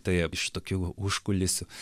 tai iš tokių va užkulisių